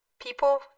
people